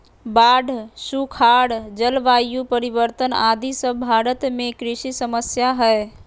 बाढ़, सुखाड़, जलवायु परिवर्तन आदि सब भारत में कृषि समस्या हय